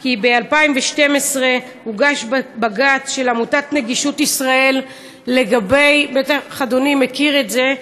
כי ב-2012 הוגש בג"ץ של עמותת "נגישות ישראל" בטח אדוני מכיר את זה,